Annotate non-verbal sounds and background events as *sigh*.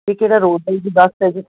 ਇਹ ਜਿਹੜਾ *unintelligible*